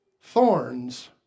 thorns